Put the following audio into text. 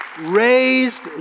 raised